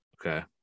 Okay